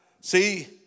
See